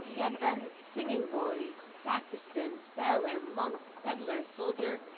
he had been singing-boy, sacristan, sailor, monk, pedlar, soldier,